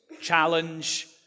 challenge